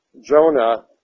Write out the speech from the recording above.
Jonah